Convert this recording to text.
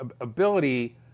ability